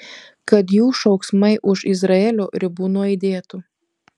kad jų šauksmai už izraelio ribų nuaidėtų